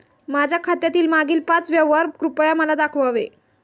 माझ्या खात्यातील मागील पाच व्यवहार कृपया मला दाखवावे